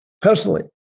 personally